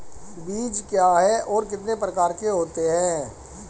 बीज क्या है और कितने प्रकार के होते हैं?